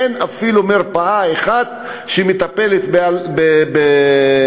אין אפילו מרפאה אחת שמטפלת בפרקינסון,